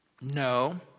No